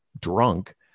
drunk